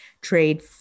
trade